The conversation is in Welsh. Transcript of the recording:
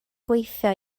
gweithio